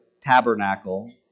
tabernacle